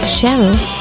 Cheryl